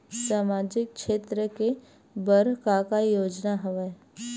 सामाजिक क्षेत्र के बर का का योजना हवय?